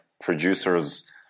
producers